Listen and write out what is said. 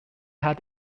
had